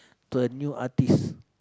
the new artiste